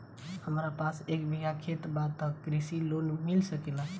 हमरा पास एक बिगहा खेत बा त कृषि लोन मिल सकेला?